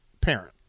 parent